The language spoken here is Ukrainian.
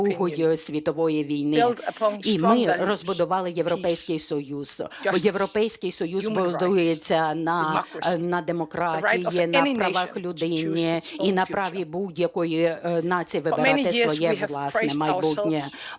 і ми розбудували Європейський Союз. Європейський Союз будується на демократії, на правах людини і на праві будь-якої нації вибирати своє власне майбутнє.